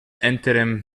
interim